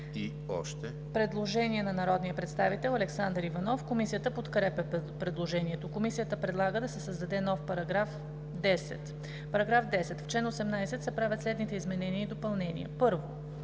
Предложение на народния представител Александър Иванов. Комисията подкрепя предложението. Комисията предлага да се създаде нов § 10: „§ 10. В чл. 18 се правят следните изменения и допълнения: 1.